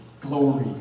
glory